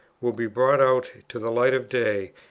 will be brought out to the light of day,